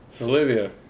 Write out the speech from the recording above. Olivia